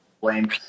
blame